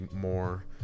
more